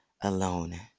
alone